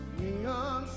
neon